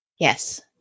Yes